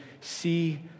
see